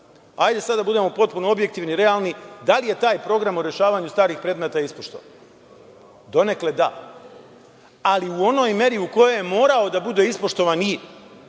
Hajde sada da budemo potpuno objektivni, realni, da li je taj program o rešavanju starih predmeta ispoštovan? Donekle, da, ali u onoj meri u kojoj je morao da bude ispoštovan nije.